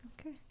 Okay